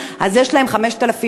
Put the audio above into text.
אז יש להם 5,000 שקל,